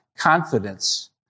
confidence